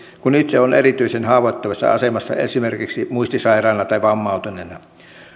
kun itse on erityisen haavoittuvassa asemassa esimerkiksi muistisairaana tai vammautuneena